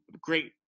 great